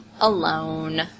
alone